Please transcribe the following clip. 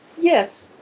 Yes